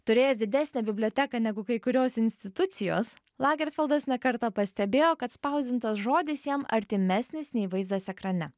turėjęs didesnę biblioteką negu kai kurios institucijos lagerfeldas ne kartą pastebėjo kad spausdintas žodis jam artimesnis nei vaizdas ekrane